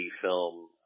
film